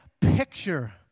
picture